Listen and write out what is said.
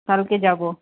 কালকে যাবো